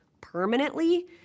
permanently